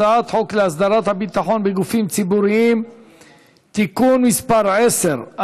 הצעת חוק להסדרת הביטחון בגופים ציבוריים (תיקון מס' 10),